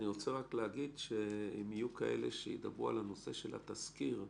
אני רוצה רק להגיד שאם יהיו כאלה שידברו על הנושא של התזכיר -- תצהיר.